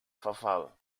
verfall